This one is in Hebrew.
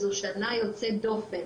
זו שנה יוצאת דופן.